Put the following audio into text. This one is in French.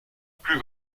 plus